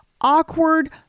awkward